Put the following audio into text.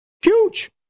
Huge